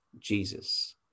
Jesus